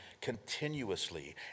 continuously